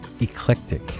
eclectic